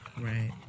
right